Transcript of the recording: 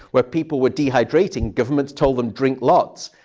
where people were dehydrating. governments told them, drink lots.